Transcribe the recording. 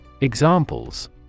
Examples